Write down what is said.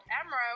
Emerald